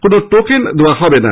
কোনো টোকেন দেওয়া হবে না